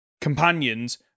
companions